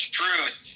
truth